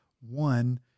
one